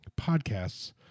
podcasts